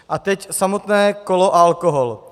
A teď samotné kolo a alkohol.